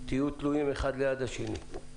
תהיו תלויים אחד ליד השני,